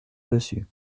dessus